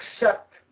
accept